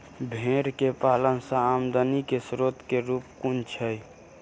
भेंर केँ पालन सँ आमदनी केँ स्रोत केँ रूप कुन छैय?